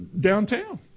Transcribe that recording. downtown